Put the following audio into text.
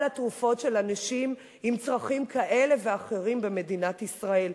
התרופות של אנשים עם צרכים כאלה ואחרים במדינת ישראל.